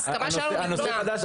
ההסכמה שלנו ניתנה.